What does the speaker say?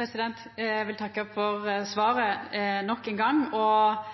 Eg vil takka for svaret nok ein gong og